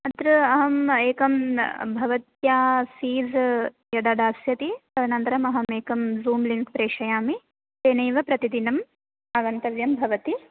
अत्र अहम् एकं भवत्या फ़ीस् यदा दास्यति तदनन्तरम् अहमेकं ज़ूं लिङ्क् प्रेषयामि तेनैव प्रतिदिनम् आगन्तव्यं भवति